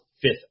fifth